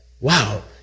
Wow